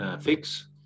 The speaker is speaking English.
fix